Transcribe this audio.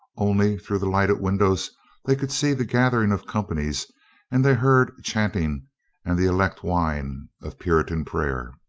only through the lighted windows they could see the gathering of companies and they heard chanting and the elect whine of puritan prayer.